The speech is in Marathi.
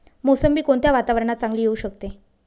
मोसंबी कोणत्या वातावरणात चांगली येऊ शकते?